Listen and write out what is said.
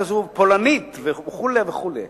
למה אין מועצה כזאת פולנית וכו' וכו'?